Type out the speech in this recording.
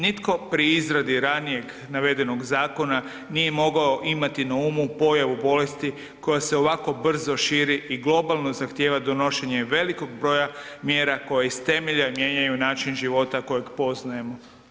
Nitko pri izradi ranijeg navedenog zakona nije mogao imati na umu pojavu bolesti koja se ovako brzo širi i globalno zahtjeva donošenje velikog broja mjera koje iz temelja mijenjaju način života kojeg poznajemo.